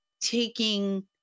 taking